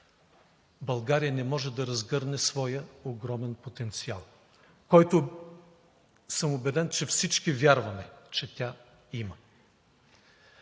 България не може да разгърне своя огромен потенциал, който съм убеден, че всички вярваме, че тя има.